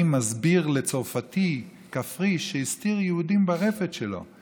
מסביר לצרפתי כפרי שהסתיר יהודים ברפת שלו.